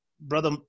Brother